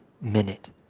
minute